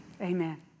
Amen